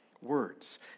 words